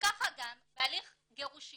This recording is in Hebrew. כך גם בהליך גירושין,